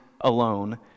alone